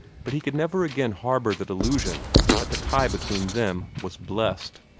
but he could never again harbor the delusion that the tie between them was blessed.